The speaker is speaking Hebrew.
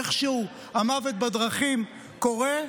איכשהו המוות בדרכים קורה,